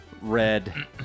red